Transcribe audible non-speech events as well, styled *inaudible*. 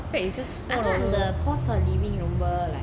*noise* அந்த:antha the cost of living ரொம்ப:romba like